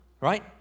right